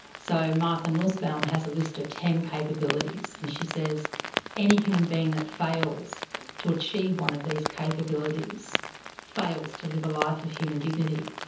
so martha nussbaum has a list of ten capabilities, and she says any human being that fails to achieve one of these capabilities fails to live a life of human dignity.